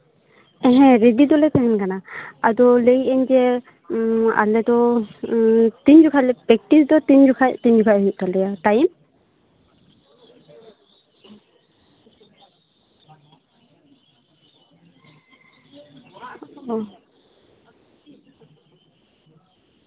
ᱦᱮᱸ ᱨᱮᱰᱤ ᱫᱚᱞᱮ ᱛᱟᱦᱮᱱ ᱠᱟᱱᱟ ᱟᱫᱚ ᱞᱟᱹᱭᱮᱜ ᱟᱹᱧ ᱡᱮ ᱩᱸ ᱟᱞᱮ ᱫᱚ ᱩᱸ ᱛᱤᱱ ᱡᱚᱠᱷᱟᱡ ᱯᱮᱠᱴᱤᱥ ᱫᱚ ᱛᱤᱱ ᱡᱚᱠᱷᱟᱡ ᱛᱤᱱ ᱡᱚᱠᱷᱟᱡ ᱦᱩᱭᱩᱜ ᱛᱟᱞᱮᱭᱟ ᱴᱟᱭᱤᱢ